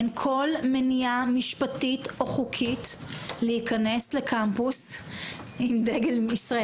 אין כל מניעה משפטית או חוקית להיכנס לקמפוס עם דגל ישראל.